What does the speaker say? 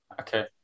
Okay